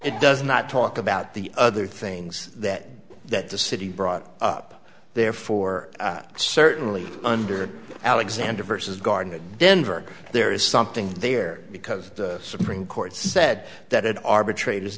it does not talk about the other things that that the city brought up there for certainly under alexander vs garden in denver there is something there because the supreme court said that an arbitrator